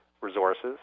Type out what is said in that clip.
Resources